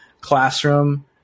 classroom